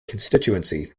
constituency